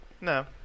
no